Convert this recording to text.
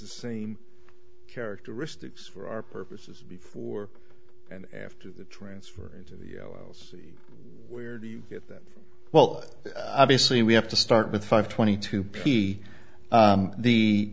the same characteristics for our purposes before and after the transfer into the us where do you get that well obviously we have to start with five twenty two